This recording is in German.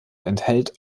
enthält